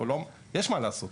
יש מה לעשות.